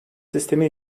sistemi